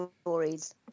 stories